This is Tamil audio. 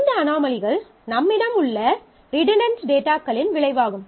இந்த அனோமலிகள் நம்மிடம் உள்ள ரிடன்டன்ட் டேட்டாகளின் விளைவாகும்